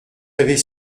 avez